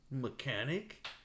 mechanic